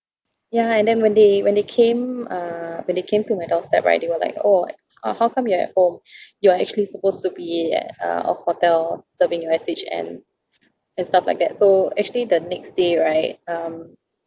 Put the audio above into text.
ya and then when they when they came uh when they came to my doorstep right they were like oh uh how come you're at home you're actually supposed to be in a hotel serving your S_H_N and stuff like that so actually the next day right um